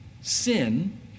sin